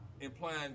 implying